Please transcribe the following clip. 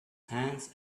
hands